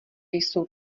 jsou